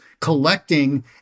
collecting